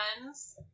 friends